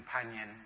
companion